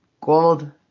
gold